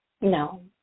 No